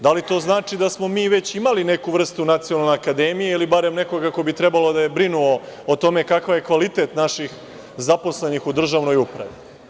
Da li to znači da smo mi već imali neku vrstu nacionalne akademije ili barem nekoga ko bi trebalo da je brinuo o tome kakav je kvalitet naših zaposlenih u državnoj upravi?